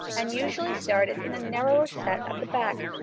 and usually started in a narrower set at the back,